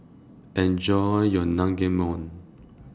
Enjoy your Naengmyeon